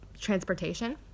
transportation